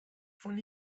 fûn